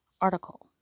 article